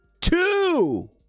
two